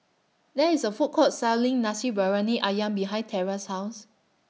There IS A Food Court Selling Nasi Briyani Ayam behind Terra's House